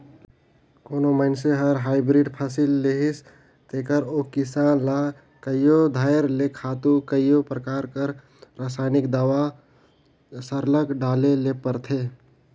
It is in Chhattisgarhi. कोनो मइनसे हर हाईब्रिड फसिल लेहिस तेकर ओ किसान ल कइयो धाएर ले खातू कइयो परकार कर रसइनिक दावा सरलग डाले ले परथे